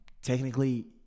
Technically